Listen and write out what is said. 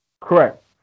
Correct